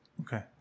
Okay